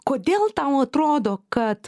kodėl tau atrodo kad